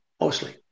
mostly